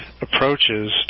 approaches